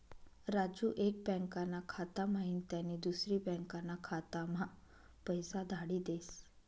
राजू एक बँकाना खाता म्हाईन त्यानी दुसरी बँकाना खाताम्हा पैसा धाडी देस